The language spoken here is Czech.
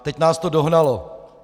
Teď nás to dohnalo.